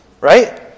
right